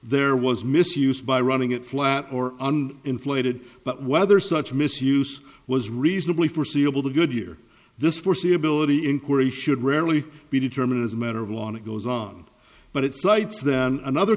there was misused by running it flat or on inflated but whether such misuse was reasonably foreseeable to goodyear this foreseeability inquiry should rarely be determined as a matter of law it goes on but it cites then another